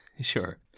Sure